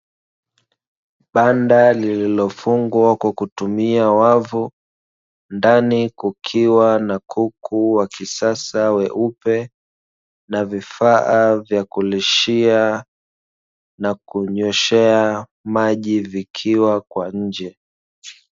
Banda lililofungwa kwa kutumia wavu, ndani kukiwa na kuku wa kisasa weupe na vifaa vya kulishia na kunyweshea maji vikiwa kwa nje.